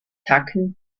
tacken